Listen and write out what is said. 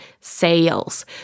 sales